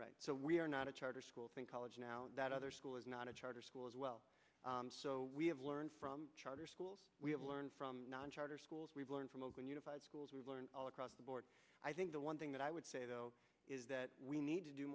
charter so we are not a charter school in college now that other school is not a charter school as well so we have learned from charter schools we have learned from non charter schools we learned from oakland unified schools we learned all across the board i think the one thing that i would say though is that we need to do